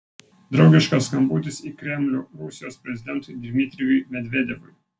draugiškas skambutis į kremlių rusijos prezidentui dmitrijui medvedevui